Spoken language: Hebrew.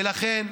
ולכן,